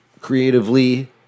creatively